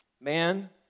man